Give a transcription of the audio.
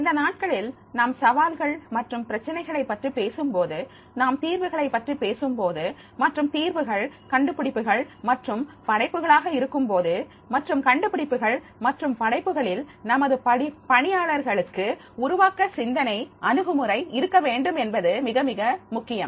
இந்த நாட்களில் நாம் சவால்கள் மற்றும் பிரச்சனைகள் பற்றி பேசும்போது நாம் தீர்வுகளைப் பற்றி பேசும்பொழுது மற்றும் தீர்வுகள் கண்டுபிடிப்புகள் மற்றும் படைப்புகளாக இருக்கும்போது மற்றும் கண்டுபிடிப்புகள் மற்றும் படைப்புகளில் நமது பணியாளர்களுக்கு உருவாக்க சிந்தனை அணுகுமுறை இருக்க வேண்டும் என்பது மிக மிக முக்கியம்